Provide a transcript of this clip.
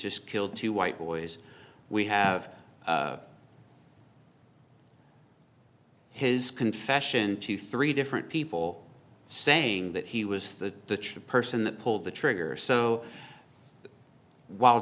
just killed two white boys we have his confession to three different people saying that he was the person that pulled the trigger so whil